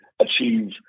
achieve